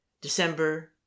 December